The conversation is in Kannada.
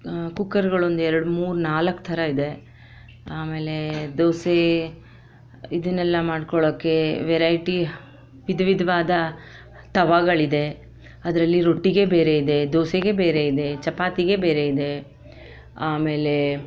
ಕುಕ್ಕರ್ಗಳೊಂದು ಎರಡು ಮೂರು ನಾಲ್ಕು ಥರ ಇದೆ ಆಮೇಲೆ ದೋಸೆ ಇದನ್ನೆಲ್ಲ ಮಾಡ್ಕೊಳ್ಳೋಕ್ಕೆ ವೆರೈಟಿ ವಿಧವಿಧ್ವಾದ ತವಾಗಳಿದೆ ಅದರಲ್ಲಿ ರೊಟ್ಟಿಗೇ ಬೇರೆ ಇದೆ ದೋಸೆಗೇ ಬೇರೆ ಇದೆ ಚಪಾತಿಗೇ ಬೇರೆ ಇದೆ ಆಮೇಲೆ